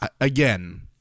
again